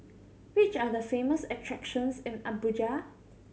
which are the famous attractions in Abuja